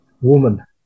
woman